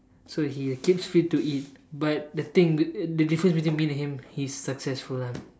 so he keeps fit to eat but the thing the difference between me and him he's successful ah